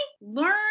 learn